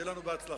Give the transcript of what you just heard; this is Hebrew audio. שיהיה לנו בהצלחה.